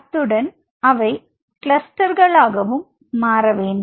அத்துடன் அவை கிளஸ்டர்களாக மாற வேண்டும்